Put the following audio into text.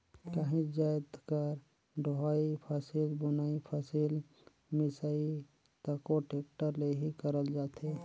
काहीच जाएत कर डोहई, फसिल बुनई, फसिल मिसई तको टेक्टर ले ही करल जाथे